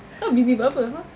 kau busy buat apa !huh!